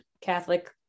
Catholic